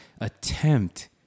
attempt